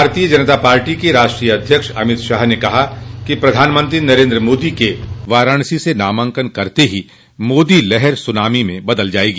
भारतीय जनता पार्टी के राष्ट्रीय अध्यक्ष अमित शाह ने कहा कि प्रधानमंत्री नरेन्द्र मोदी के वाराणसी से नामांकन करते ही मोदी लहर सुनामी में बदल जायेगी